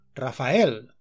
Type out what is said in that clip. Rafael